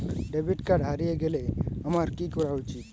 Debit card হারিয়ে গেলে আমার কি করা উচিৎ?